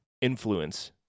influence